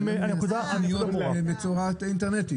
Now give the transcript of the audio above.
הנקודה ברורה.